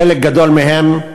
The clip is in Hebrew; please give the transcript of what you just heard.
חלק גדול מהם,